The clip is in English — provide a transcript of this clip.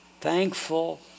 thankful